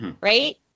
Right